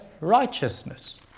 righteousness